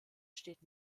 steht